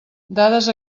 dades